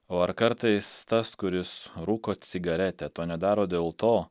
o ar kartais tas kuris rūko cigaretę to nedaro dėl to